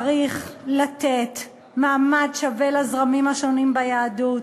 צריך לתת מעמד שווה לזרמים השונים ביהדות,